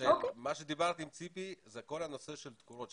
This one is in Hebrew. מה שדיברתי עם ציפי זה כל הנושא של תקורות,